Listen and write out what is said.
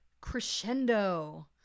Crescendo